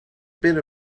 bit